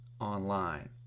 online